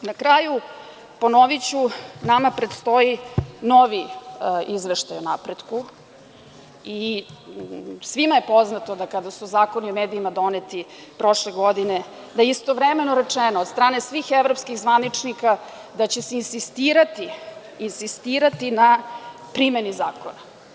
Na kraju, ponoviću, nama predstoji novi izveštaj o napretku i svima je poznato, da kada su Zakoni o medijima doneti prošle godine, da je istovremeno rečeno od strane svih evropskih zvaničnika da će se insistirati, insistirati na primeni zakona.